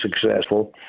successful